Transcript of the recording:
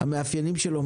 המאפיינים שלו.